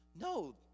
No